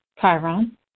Chiron